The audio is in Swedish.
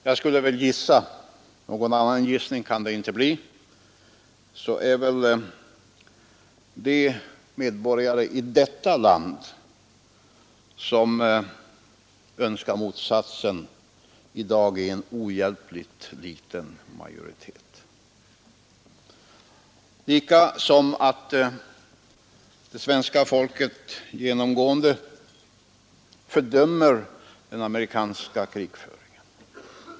Jag skulle gissa — något annat än gissning kan det inte bli — att de medborgare här i landet som önskar motsatsen i dag är en ohjälpligt liten minoritet. Likaså fördömer det svenska folket genomgående den amerikanska krigföringen.